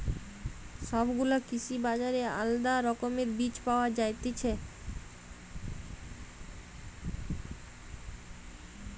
সব গুলা কৃষি বাজারে আলদা রকমের বীজ পায়া যায়তিছে